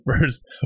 first